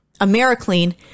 AmeriClean